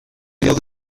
modo